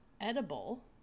edible